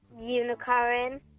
unicorn